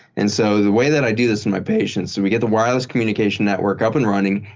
and so the way that i do this in my patients, we get the wireless communication network up and running.